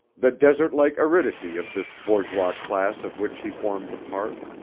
the desert-like aridity of this bourgeois class of which he formed a part.